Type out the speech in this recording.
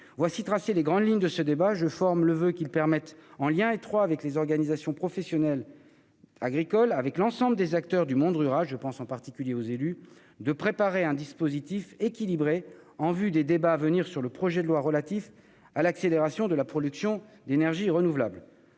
Voilà tracées les grandes lignes de ce débat. Je forme le voeu qu'il permette, en lien étroit avec les organisations professionnelles agricoles et avec l'ensemble des acteurs du monde rural- je pense en particulier aux élus -de préparer un dispositif équilibré en vue des débats à venir sur le projet de loi relatif à l'accélération de la production d'énergies renouvelables.